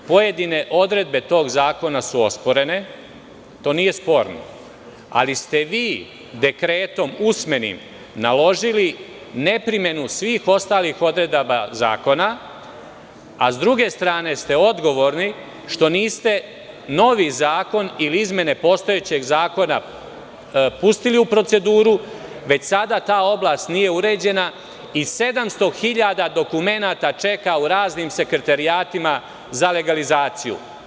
Pojedine odredbe tog zakona su osporene, to nije sporno, ali ste vi dekretom usmenim naložili neprimenu svih ostalih odredba zakona, a sa druge strane ste odgovorni što niste novi zakon ili izmene postojećeg zakona pustili u proceduru, već sada ta oblast nije uređena i 700.000 dokumenata čeka u raznim sekretarijatima za legalizaciju.